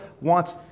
wants